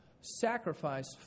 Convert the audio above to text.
sacrifice